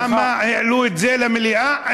למה העלו את זה למליאה?